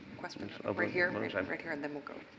question over here, and um right here. and then we'll go.